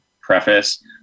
preface